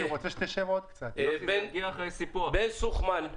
בן סוכמן,